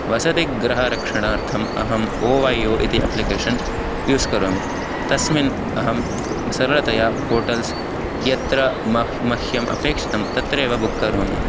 वसतिग्रहरक्षणार्थम् अहम् O Y O इति application use करोमि तस्मिन् अहं सरलतया होटेल्स् यत्र मह्यं मह्यम् अपेक्षितं तत्रैव बुक् करोमि